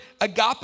agape